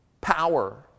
power